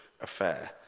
affair